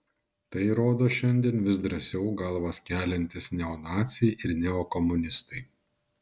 tai rodo šiandien vis drąsiau galvas keliantys neonaciai ir neokomunistai